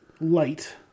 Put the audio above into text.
light